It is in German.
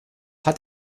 hat